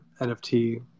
NFT